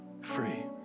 free